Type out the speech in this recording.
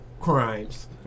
crimes